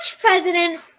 president